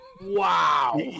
Wow